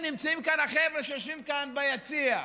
נמצאים כאן החבר'ה שיושבים כאן ביציע,